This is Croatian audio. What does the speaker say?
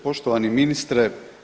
Poštovani ministre.